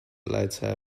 letter